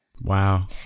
Wow